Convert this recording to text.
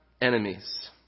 enemies